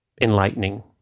enlightening